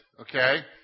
okay